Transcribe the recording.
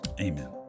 Amen